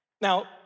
Now